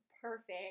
perfect